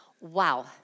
Wow